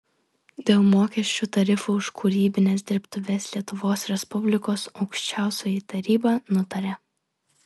dėl mokesčių tarifų už kūrybines dirbtuves lietuvos respublikos aukščiausioji taryba nutaria